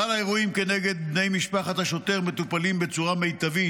כלל האירועים כנגד בני משפחת השוטר מטופלים בצורה מיטבית.